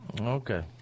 Okay